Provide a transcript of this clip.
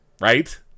right